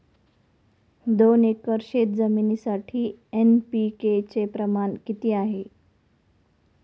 दोन एकर शेतजमिनीसाठी एन.पी.के चे प्रमाण किती आहे?